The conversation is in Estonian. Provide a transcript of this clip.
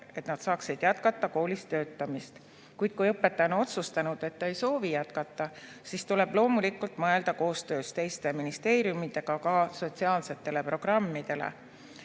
et nad saaksid jätkata koolis töötamist, kuid kui õpetaja on otsustanud, et ta ei soovi jätkata, siis tuleb loomulikult mõelda koostöös teiste ministeeriumidega ka sotsiaalsetele programmidele.